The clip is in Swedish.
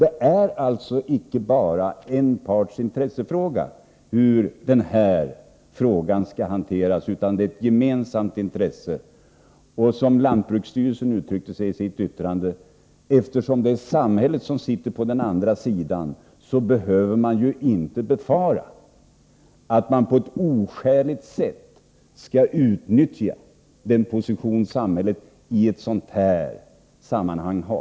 Det är alltså icke bara en parts intressefråga hur den här frågan skall hanteras utan det är ett gemensamt intresse. Lantbruksstyrelsen uttryckte sig på följande sätt i sitt yttrande: Eftersom det är samhället som sitter på den andra sidan behöver man inte befara att man på ett oskäligt sätt skall utnyttja den position samhället i ett sådant här sammanhang har.